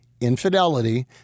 infidelity